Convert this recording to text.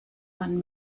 man